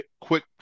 quick